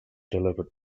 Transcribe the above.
delivered